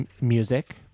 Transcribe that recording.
music